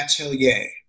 atelier